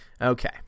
Okay